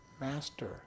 master